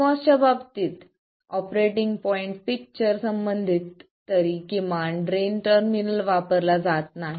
pMOS च्या बाबतीत operating point picture संबंधित तरी किमान ड्रेन टर्मिनल वापरला जात नाही